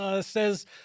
says